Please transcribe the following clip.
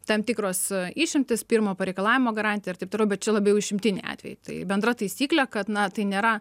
tam tikros išimtys pirmo pareikalavimo garantija ir taip toliau bet čia labiau išimtiniai atvejai tai bendra taisyklė kad na tai nėra